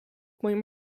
moim